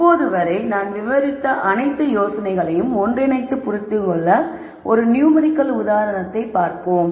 இப்போது வரை நாம் விவரித்த அனைத்து யோசனைகளையும் ஒன்றிணைத்து புரிந்துகொள்ள ஒரு நுமெரிக்கல் உதாரணத்தை பார்ப்போம்